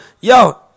yo